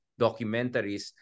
documentaries